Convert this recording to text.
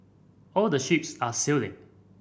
all the ships are sailing